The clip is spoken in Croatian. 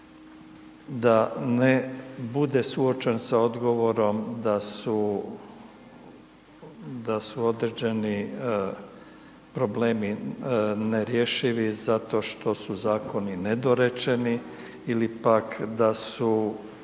da ne bude suočen sa odgovorom da su određeni problemi nerješivi zato što su Zakoni nedorečeni ili pak da su